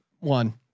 one